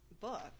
book